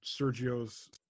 sergio's